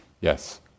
Yes